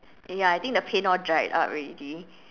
ya I think the paint all dried up already